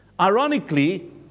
Ironically